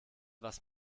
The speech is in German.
was